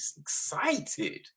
excited